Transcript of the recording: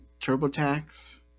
TurboTax